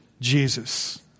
Jesus